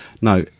Now